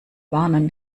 warnen